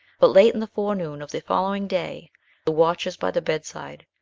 but late in the forenoon of the following day the watchers by the bedside,